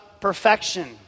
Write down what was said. perfection